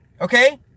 Okay